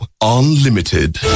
Unlimited